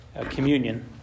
communion